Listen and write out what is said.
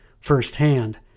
firsthand